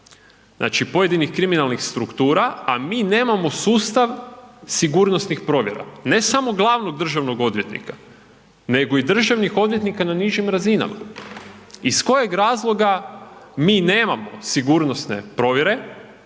Znači pojedinih kriminalnih struktura, a mi nemamo sustav sigurnosnih provjera ne samo glavnog državnog odvjetnika, nego i državnih odvjetnika na nižim razinama. Iz kojeg razloga mi nemamo sigurnosne provjere